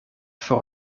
voor